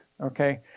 okay